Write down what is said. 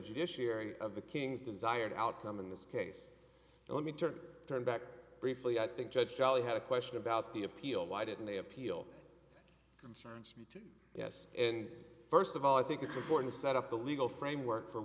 judiciary of the king's desired outcome in this case let me turn turn back briefly i think judge shelley had a question about the appeal why didn't they appeal concerning speech yes and first of all i think it's important to set up the legal framework f